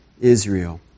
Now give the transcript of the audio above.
Israel